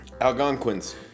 Algonquins